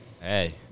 Hey